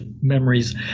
memories